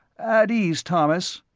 at ease, thomas,